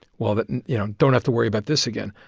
well, the you know, don't have to worry about this again.